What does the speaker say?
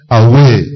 away